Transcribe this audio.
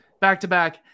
back-to-back